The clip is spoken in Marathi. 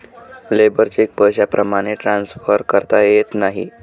लेबर चेक पैशाप्रमाणे ट्रान्सफर करता येत नाही